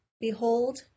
Behold